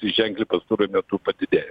ženkliai pastaruoju metu padidėjo